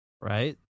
Right